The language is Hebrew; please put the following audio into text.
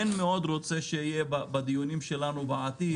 מאוד רוצה שיהיה בדיונים שלנו בעתיד,